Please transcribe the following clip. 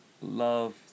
Love